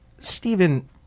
Stephen